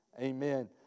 amen